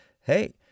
hey